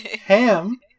Ham